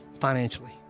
financially